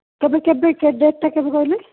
କେବେ କେବେ ଡେଟ୍ଟା କେବେ କହିଲେ